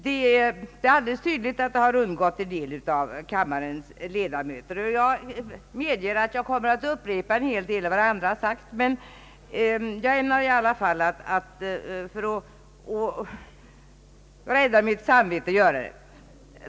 Det är dock alldeles tydligt att det undgått en del av kammarens ledamöter. Jag medger att jag kommer att upprepa en hel del av vad andra sagt, men jag ämnar göra det i alla fall, för att rädda mitt samvete.